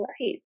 right